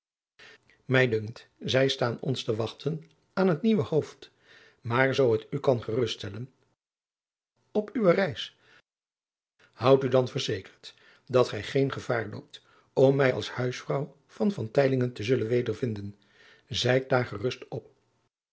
mij dunkt zij staan ons te wachten aan het nieuwe hoofd maar zoo het u kan gerust stellen op uwe reis houd u dan verzekerd dat gij geen gevaar loopt om mij als huisvrouw van van teylingen te zullen wedervinden zijt daar gerust op